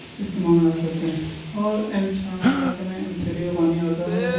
استعمال میں لا سکتے ہیں اور ایمس ہمارے علاقے میں ایم سی ڈی کا پانی آتا ہے